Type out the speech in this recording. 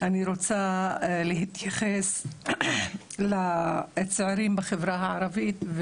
אני רוצה להתייחס לצעירים בחברה הערבית,